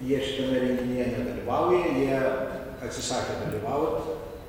jie šitame renginyje dalyvauja jie atsisakė dalyvaut